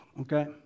okay